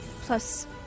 plus